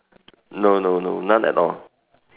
no no no none at all